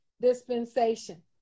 dispensation